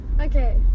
Okay